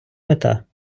мета